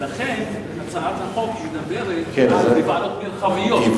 ולכן הצעת החוק מדברת על ועדות מרחביות,